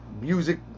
music